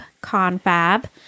Confab